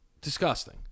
Disgusting